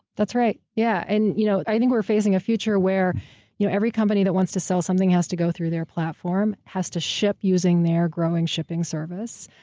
that's right. yeah. and you know i think we're facing a future where you know every company that wants to sell something has to go through their platform, has to ship using their growing shipping service.